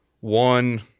One